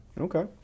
Okay